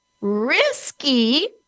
risky